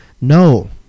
No